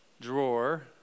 drawer